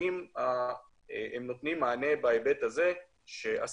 האם הם נותנים מענה בהיבט הזה שאסירים